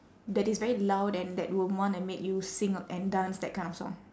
that is very loud and that will wanna make you sing uh and dance that kind of song